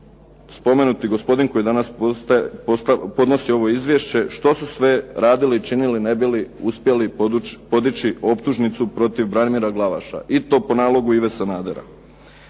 spomenuti gospodin koji danas podnosi ovo izvješće što su sve radili i činili ne bi li uspjeli podići optužnicu protiv Branimira Glavaša i to po nalogu Ive Sanadera.